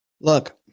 look